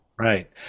Right